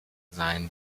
sein